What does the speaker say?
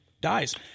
dies